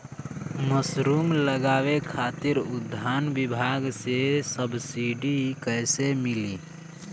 Mushroom लगावे खातिर उद्यान विभाग से सब्सिडी कैसे मिली?